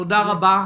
תודה רבה.